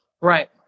Right